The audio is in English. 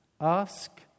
Ask